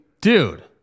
dude